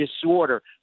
disorder